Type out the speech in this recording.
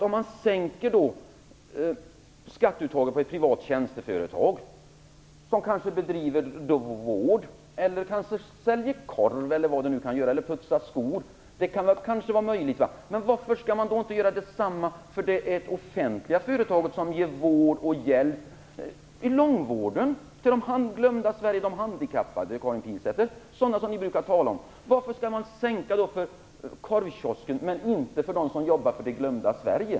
Om man minskar skatteuttaget för ett privat tjänsteföretag, som kanske bedriver vård, säljer korv eller putsar skor, varför skall man då inte göra detsamma för det offentliga företaget som ger vård och hjälp inom långvården, till de handikappade, till "det glömda Sverige", som ni brukar tala om? Varför skall man sänka skatten för ägaren till korvkiosken men inte för dem som jobbar för "det glömda Sverige"?